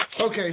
Okay